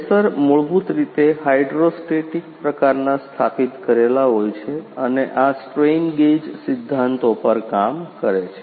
sensor મૂળભૂત રીતે hydrostatic પ્રકારના સ્થાપિત કરેલા હોય છે અને આ સ્ટ્રેઇન ગેજ સિદ્ધાંતો પર કામ કરે છે